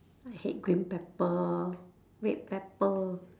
I hate green pepper red pepper